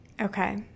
Okay